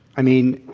i mean,